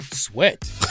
Sweat